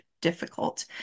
difficult